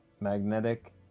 magnetic